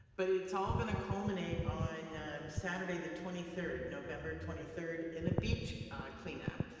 but it's all gonna culminate on saturday the twenty third, november twenty third in a beach cleanup,